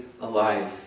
alive